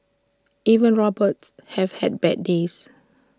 even robots have bad days